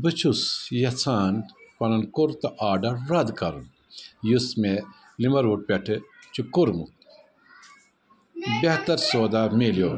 بہٕ چھُس یژھان پَنُن کُرتہٕ آرڈر رد کٔرُن یُس مےٚ لِوَر وُڈ پٮ۪ٹھ چھُ کوٚرمُت بہتر سودا مِلیو